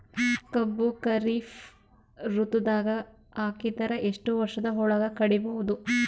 ಕಬ್ಬು ಖರೀಫ್ ಋತುದಾಗ ಹಾಕಿದರ ಎಷ್ಟ ವರ್ಷದ ಒಳಗ ಕಡಿಬಹುದು?